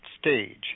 stage